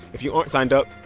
if you aren't signed up,